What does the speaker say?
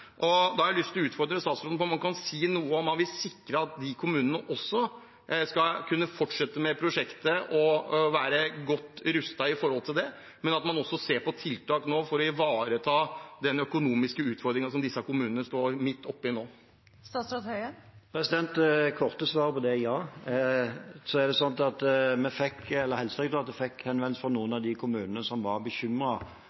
Da har jeg lyst til å utfordre statsråden på om han kan si om man vil sikre at de skal kunne fortsette med prosjektet og være godt rustet for det, men om man også ser på tiltak for å ivareta den økonomiske utfordringen som disse kommunene står midt oppe i nå. Det korte svaret på det er ja. Helsedirektoratet fikk henvendelser fra noen av kommunene som var bekymret for den ekstrabelastningen det